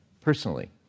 personally